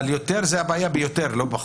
הבעיה ביותר, לא בפחות.